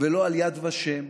ולא על יד ושם.